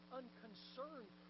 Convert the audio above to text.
unconcerned